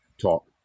talk